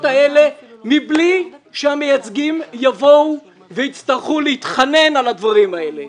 האלה בלי שהמייצגים יבואו ויצטרכו להתחנן על הדברים האלה.